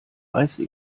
reiße